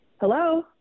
Hello